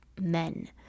men